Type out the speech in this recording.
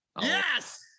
Yes